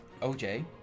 OJ